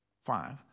Five